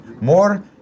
More